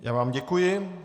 Já vám děkuji.